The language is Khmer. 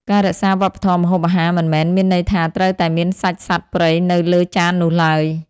ការរក្សាវប្បធម៌ម្ហូបអាហារមិនមែនមានន័យថាត្រូវតែមានសាច់សត្វព្រៃនៅលើចាននោះឡើយ។